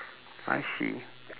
I see